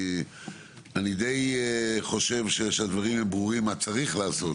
אני די חושב שהדברים ברורים מה צריך לעשות,